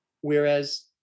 whereas